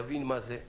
יבין מה זה,